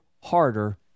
harder